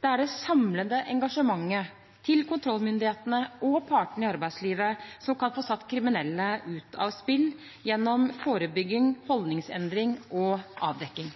Det er det samlede engasjementet til kontrollmyndighetene og partene i arbeidslivet som kan få satt kriminelle ut av spill gjennom forebygging, holdningsendring og avdekking.